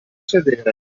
sedere